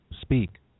speak